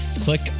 Click